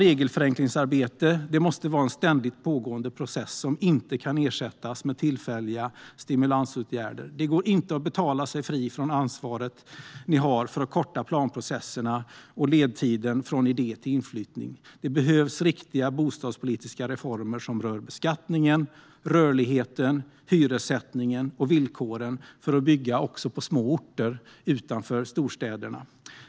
Regelförenklingsarbete måste vara en ständigt pågående process som inte kan ersättas med tillfälliga stimulansåtgärder. Det går inte att betala sig fri från ansvaret att korta planprocesser och ledtid från idé till inflyttning. Det behövs riktiga bostadspolitiska reformer som rör beskattningen, rörligheten, hyressättningen och villkoren för att bygga också på små orter utanför storstäderna.